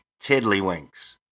Tiddlywinks